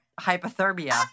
Hypothermia